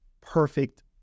perfect